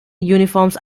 uniforms